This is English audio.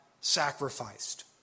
sacrificed